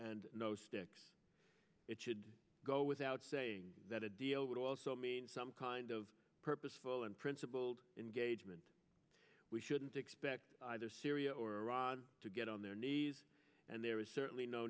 and no sticks it should go without saying that a deal would also mean some kind of purposeful and principled engagement we shouldn't expect either syria or iran to get on their knees and there is certainly no